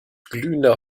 glühender